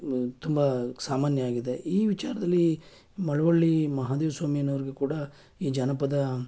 ತುಂಬ ಸಾಮಾನ್ಯವಾಗಿದೆ ಈ ವಿಚಾರದಲ್ಲಿ ಮಳವಳ್ಳಿ ಮಹದೇವ ಸ್ವಾಮಿ ಅನ್ನೋರಿಗೂ ಕೂಡ ಈ ಜಾನಪದ